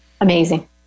amazing